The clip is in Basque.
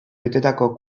betetako